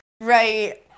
right